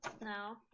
No